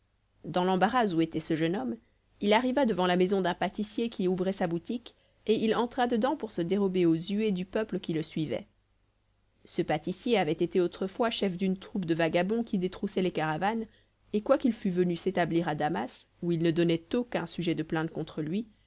dans l'embarras où était ce jeune homme il arriva devant la maison d'un pâtissier qui ouvrait sa boutique et il entra dedans pour se dérober aux huées du peuple qui le suivait ce pâtissier avait été autrefois chef d'une troupe de vagabonds qui détroussaient les caravanes et quoiqu'il fût venu s'établir à damas où il ne donnait aucun sujet de plainte contre lui